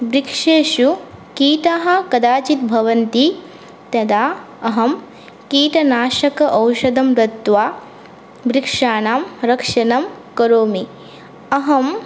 वृक्षेषु कीटाः कदाचित् भवन्ति तदा अहं कीटनाशक औषधं दत्त्वा वृक्षाणां रक्षणं करोमि अहं